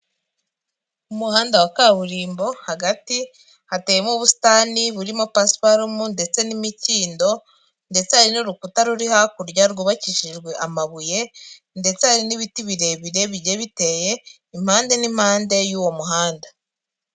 Umuhanda wa kaburimbo hagati hateyemo ubusitani burimo pasiparumu ndetse n'imikindo, ndetse hari n'urukuta ruri hakurya rwubakishijwe amabuye ndetse hari n'ibiti birebire bigiye biteye impande n'impande y'uwo muhanda.